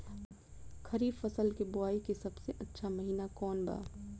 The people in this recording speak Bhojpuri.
खरीफ फसल के बोआई के सबसे अच्छा महिना कौन बा?